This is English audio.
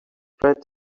spread